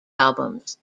albums